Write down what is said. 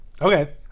Okay